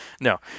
No